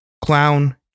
clown